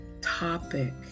topic